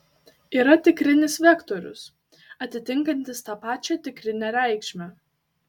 yra tikrinis vektorius atitinkantis tą pačią tikrinę reikšmę